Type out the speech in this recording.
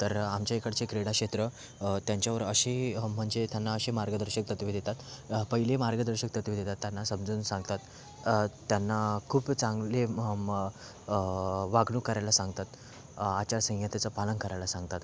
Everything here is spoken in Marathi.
तर आमच्या इकडचे क्रीडा क्षेत्र त्यांच्यावर अशी म्हणजे त्यांना असे मार्गदर्शक तत्त्वे देतात पहिली मार्गदर्शक तत्त्वे देतात त्यांना समजून सांगतात त्यांना खूप चांगले म वागणूक करायला सांगतात आचारसंहितेचं पालन करायला सांगतात